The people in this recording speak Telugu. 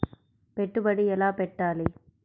పెట్టుబడి ఎలా పెట్టాలి?